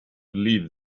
believe